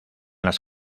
las